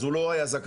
אז הוא לא היה זכאי.